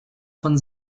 von